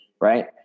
right